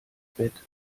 bett